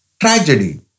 Tragedy